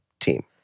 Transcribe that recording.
team